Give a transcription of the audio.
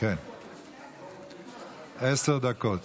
עשר דקות.